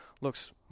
looks